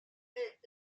est